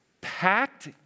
packed